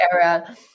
era